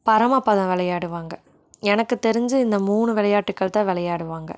பரமபதம் விளையாடுவாங்க எனக்கு தெரிஞ்சு இந்த மூணு விளையாட்டுகள் தான் விளையாடுவாங்க